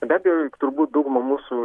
be abejo juk turbūt dauguma mūsų